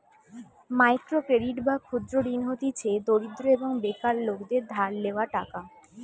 micro credit বা ক্ষুদ্র ঋণ হতিছে দরিদ্র এবং বেকার লোকদের ধার লেওয়া টাকা